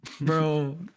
Bro